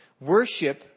Worship